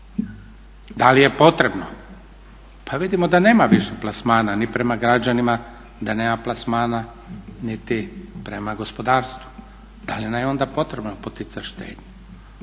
Da li je potrebno, pa vidimo da nema više plasmana ni prema građanima da nema plasmana niti prema gospodarstvu, da li nam je onda potrebno poticat štednju.